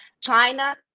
China